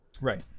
Right